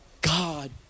God